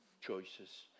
choices